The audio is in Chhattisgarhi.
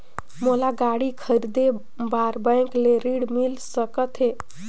मोला गाड़ी खरीदे बार बैंक ले ऋण मिल सकथे?